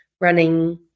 running